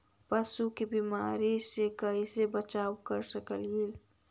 पशु के बीमारी से कैसे बचाब कर सेकेली?